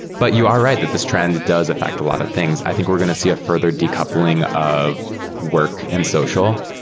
but you are right, that this trend does affect a lot of things. i think we're going to see a further decoupling of work and social.